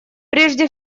прежде